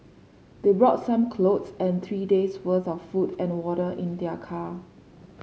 they brought some clothes and three days' worth of food and water in their car